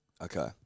Okay